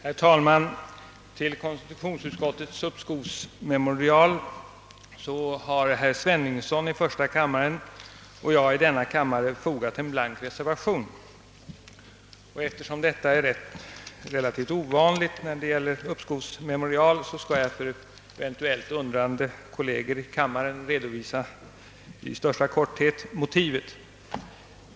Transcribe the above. Herr talman! Till konstitutionsutskottets uppskovsmemorial har herr Sveningsson i första kammaren och jag fogat en blank reservation. Eftersom detta är relativt ovanligt när det gäller ett uppskovsmemorial, skall jag för eventuellt undrande kolleger i största korthet redovisa motivet.